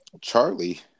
Charlie